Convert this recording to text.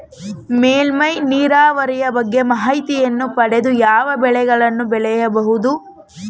ಮೇಲ್ಮೈ ನೀರಾವರಿಯ ಬಗ್ಗೆ ಮಾಹಿತಿಯನ್ನು ಪಡೆದು ಯಾವ ಬೆಳೆಗಳನ್ನು ಬೆಳೆಯಬಹುದು?